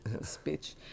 speech